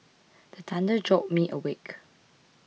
the thunder jolt me awake